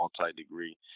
multi-degree